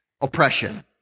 oppression